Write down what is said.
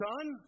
Son